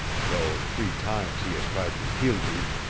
though three times he has tried to kill you.